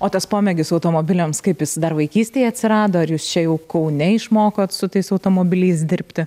o tas pomėgis automobiliams kaip jis dar vaikystėj atsirado ar jūs čia jau kaune išmokot su tais automobiliais dirbti